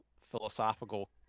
philosophical